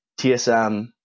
TSM